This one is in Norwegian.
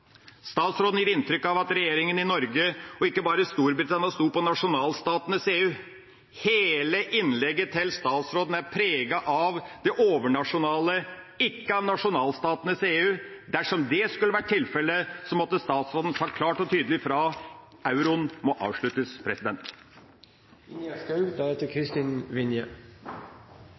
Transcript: Statsråden gir inntrykk av at regjeringa i Norge, og ikke bare Storbritannia, sto på nasjonalstatenes EU. Hele innlegget til statsråden er preget av det overnasjonale, ikke av nasjonalstatenes, EU. Dersom det skulle vært tilfelle, måtte statsråden sagt klart og tydelig fra: Euroen må avsluttes.